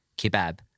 kebab